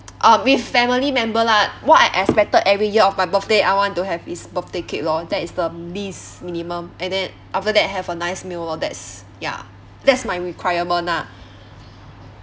ah with family member lah what I expected every year of my birthday I want to have is birthday cake lor that is the least minimum and then after that have a nice meal lor that's ya that's my requirement ah